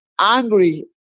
angry